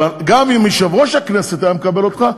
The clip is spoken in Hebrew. אבל גם אם יושב-ראש הכנסת היה מקבל אותך,